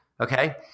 Okay